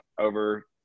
over